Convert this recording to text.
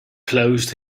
closed